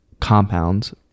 compounds